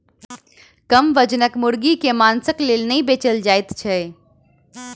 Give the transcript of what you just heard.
कम वजनक मुर्गी के मौंसक लेल नै बेचल जाइत छै